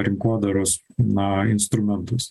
rinkodaros na instrumentus